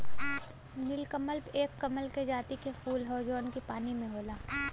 नीलकमल एक कमल के जाति के फूल हौ जौन की पानी में होला